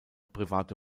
private